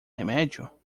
remédio